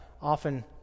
often